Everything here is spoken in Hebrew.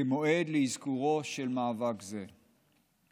כמועד לאזכורו של מאבק זה.